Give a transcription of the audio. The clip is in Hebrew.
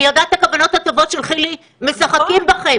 אני יודעת את הכוונות הטובות של חילי, משחקים בכם.